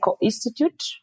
Institute